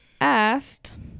asked